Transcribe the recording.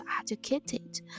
educated